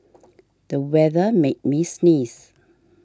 the weather made me sneeze